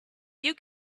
you